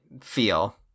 feel